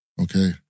Okay